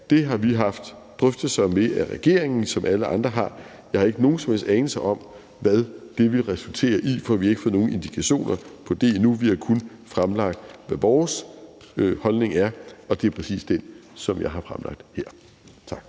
det har vi haft drøftelser med regeringen om, som alle andre har, og jeg har ikke nogen som helst anelse om, hvad det vil resultere i, for vi har ikke fået nogen indikationer på det endnu, vi har kun fremlagt, hvad vores holdning er, og det er præcis den, jeg har fremlagt her. Tak.